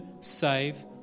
save